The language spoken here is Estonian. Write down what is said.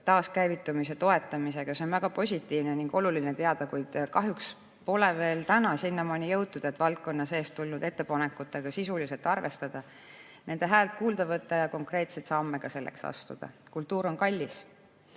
taaskäivitamise toetamisega. See on väga positiivne ning oluline teada, kuid kahjuks pole tänaseks veel sinnamaani jõutud, et valdkonna seest tulnud ettepanekuid sisuliselt arvestada, nende häält kuulda võtta ja selleks konkreetseid samme astuda. Kultuur on kallis.